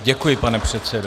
Děkuji, pane předsedo.